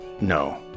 no